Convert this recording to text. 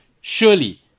Surely